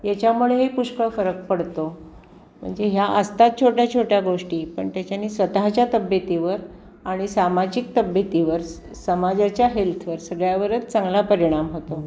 याच्यामुळेही पुष्कळ फरक पडतो म्हणजे ह्या असतात छोट्या छोट्या गोष्टी पण त्याच्याने स्वतःच्या तब्येतीवर आणि सामाजिक तब्येतीवर समाजाच्या हेल्थवर सगळ्यावरच चांगला परिणाम होतो